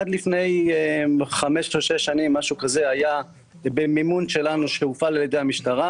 עד לפני חמש או שש שנים היה במימון שלנו שהופעל על ידי המשטרה.